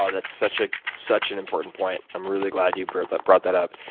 ah that's such ah such an important point. i'm really glad you brought that brought that up.